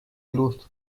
luz